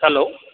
hello